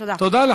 תודה.